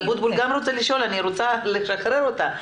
ח"כ אבוטבול גם רוצה לשאול, אני רוצה לשחרר אותה.